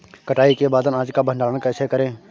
कटाई के बाद अनाज का भंडारण कैसे करें?